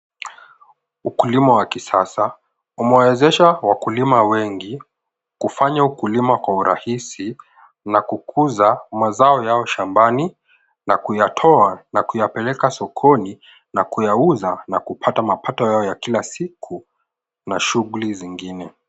Ukulima wa kisasa umewawezesha wakulima wengi kufanya ukulima kwa uhihisha na kukuza mazao yao shambani na kuyatoa na kuyapeleka sokoni na kuyauza na kupata mapato yao ya kila siku na shughuli zingine